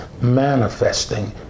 manifesting